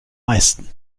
meisten